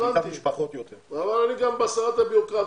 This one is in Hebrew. הבנתי, אבל גם בהסרת הבירוקרטיה.